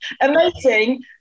Amazing